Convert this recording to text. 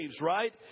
right